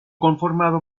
conformado